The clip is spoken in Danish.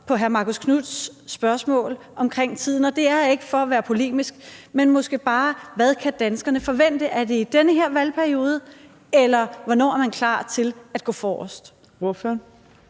på hr. Marcus Knuths spørgsmål omkring tiden. Og det er ikke for at være polemisk, men spørgsmålet er bare: Hvad kan danskerne forvente – er det i den her valgperiode, eller hvornår er man klar til at gå forrest?